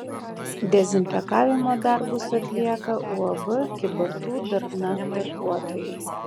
dezinfekavimo darbus atlieka uab kybartų darna darbuotojai